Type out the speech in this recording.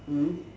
mm